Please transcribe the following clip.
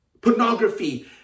Pornography